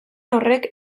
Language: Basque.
horrek